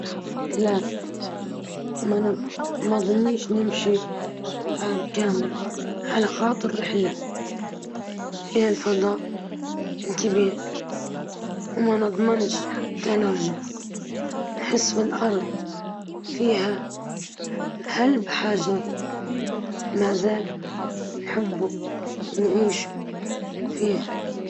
ما نمشيش سنة كاملة مش ساهلة، وفي الأرض عندي حاجات أهم.